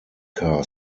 car